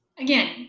again